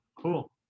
cool